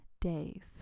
days